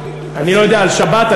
אני לא יודע על שבת.